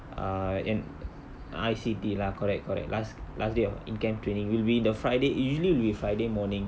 uh and I_C_T lah correct correct last last day of in camp training will be the friday usually will be friday morning